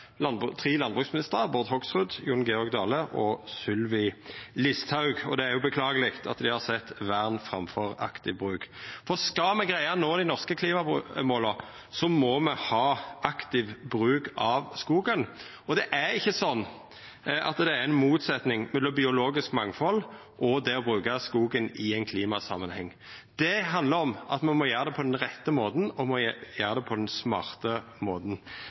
Bård Hoksrud, Jon Georg Dale og Sylvi Listhaug – og det er beklageleg at dei har sett vern framfor aktiv bruk. Skal me greia å nå dei norske klimamåla, må me ha aktiv bruk av skogen, og det er ikkje sånn at det er ein motsetnad mellom biologisk mangfald og det å bruke skogen i ein klimasamanheng. Det handlar om at me må gjera det på den rette måten og den smarte måten. Det som eg for ofte opplever, er at når verneinteressene kjem på